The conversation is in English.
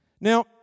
Now